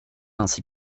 ainsi